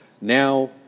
Now